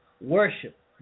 worship